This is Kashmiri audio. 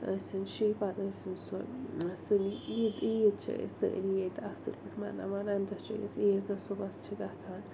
ٲسِن شِہہ پَتہٕ ٲسِن سُہ سُنی عید عید چھِ أسۍ سٲری ییٚتہِ اَصٕل پٲٹھۍ مناوان اَمہِ دۄہ چھِ أسۍ عیز دۄہ صُبحَس تہِ چھِ گژھان